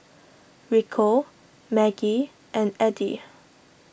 Rico Maggie and Addie